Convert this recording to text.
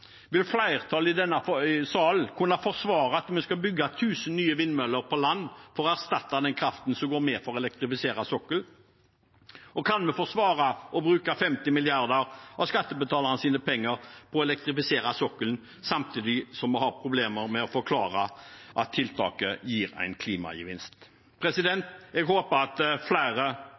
Vil flertallet i denne sal kunne forsvare at vi skal bygge 1 000 nye vindmøller på land for å erstatte den kraften som går med til å elektrifisere sokkelen? Og kan vi forsvare å bruke 50 mrd. kr av skattebetalernes penger på å elektrifisere sokkelen, samtidig som vi har problemer med å forklare at tiltaket gir en klimagevinst? Jeg håper at flere